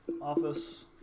office